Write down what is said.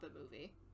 movie